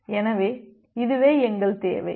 எனவே இதுவே எங்கள் தேவை